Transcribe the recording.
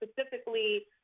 specifically